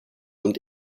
und